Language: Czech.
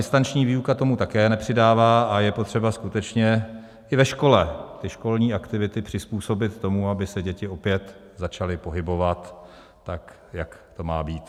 Distanční výuka tomu také nepřidává a je potřeba skutečně i ve škole školní aktivity přizpůsobit tomu, aby se děti opět začaly pohybovat tak, jak to má být.